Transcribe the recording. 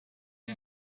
rye